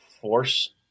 force